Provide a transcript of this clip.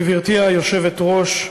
גברתי היושבת-ראש,